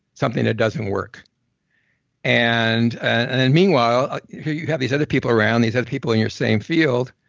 something that doesn't work and and then meanwhile you have these other people around, these other people in your same field,